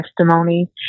testimony